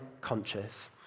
conscious